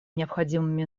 необходимыми